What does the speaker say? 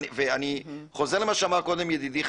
אני חוזר למה שאמר קודם ידידי,